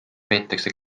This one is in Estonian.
peetakse